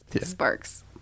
sparks